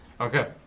Okay